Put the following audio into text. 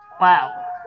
Wow